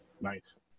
nice